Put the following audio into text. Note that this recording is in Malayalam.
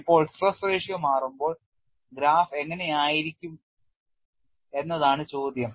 ഇപ്പോൾ സ്ട്രെസ് റേഷ്യോ മാറുമ്പോൾ ഗ്രാഫ് എങ്ങനെയിരിക്കും എന്നതാണ് ചോദ്യം